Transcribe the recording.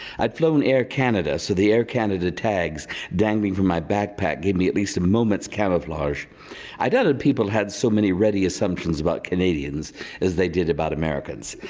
i'd flown air canada so the air canada tags dangling from my backpack gave me at least a moment's camouflage. i doubt that people had so many ready assumptions about canadians as they did about americans,